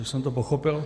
Už jsem to pochopil.